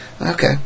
Okay